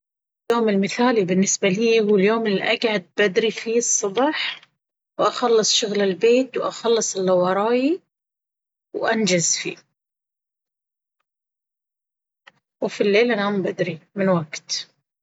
اليوم المثالي بالنسبة ليي هو اليوم الي أقعد بدري فيه الصبح وأخلص شغل البيت وأخلص إلا وراي وانجز فيه وفي الليل أنام بدري فيه... من وقت.